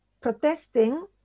protesting